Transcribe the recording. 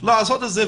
לעשות את זה,